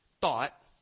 thought